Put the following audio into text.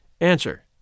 Answer